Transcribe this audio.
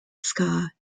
ska